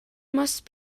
must